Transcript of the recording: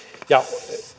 ja